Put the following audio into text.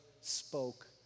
spoke